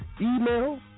email